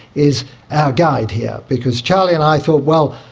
is our guide here because charley and i thought, well,